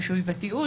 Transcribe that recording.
רישוי ותיעוד),